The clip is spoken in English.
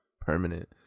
permanent